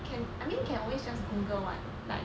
can I mean can always just google [what] like